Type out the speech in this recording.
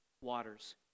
waters